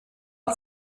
und